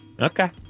Okay